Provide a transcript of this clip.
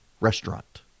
restaurant